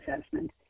assessment